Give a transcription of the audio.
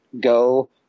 go